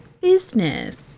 business